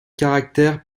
caractère